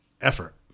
effort